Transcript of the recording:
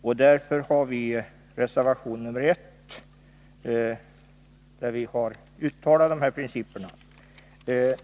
Vi har därför i reservation 1 uttalat dessa principer.